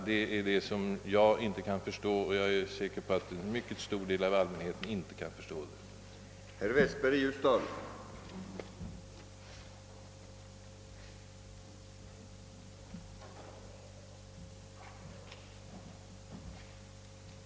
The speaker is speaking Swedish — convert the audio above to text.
Det är detta jag inte kan förstå, och jag är övertygad om att en stor del av allmänheten inte heller kan förstå det.